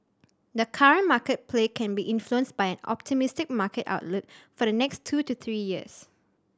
the current market play can be influenced by an optimistic market outlook for the next two to three years